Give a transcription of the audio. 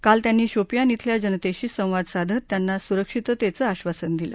काल त्यांनी शोपियान केल्या जनतेशी संवाद साधत त्यांना सुरक्षिततेचं आधासन दिलं